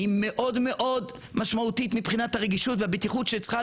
היא מאוד משמעותית מבחינת הרגישות והבטיחות שצריכה